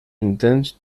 intents